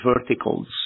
verticals